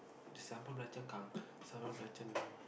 the sambal belacan sambal belacan